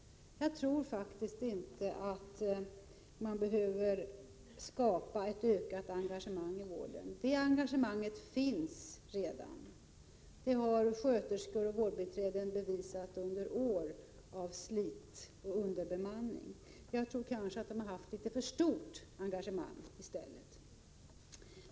Jag tror inte att man behöver skapa ett ökat engagemang i vården. Det engagemanget finns redan, det har sköterskor och vårdbiträden visat under år av slit och underbemanning. Kanske har de i stället haft för stort engagemang!